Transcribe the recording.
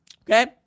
okay